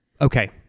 Okay